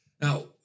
Now